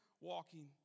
walking